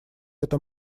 это